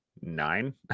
nine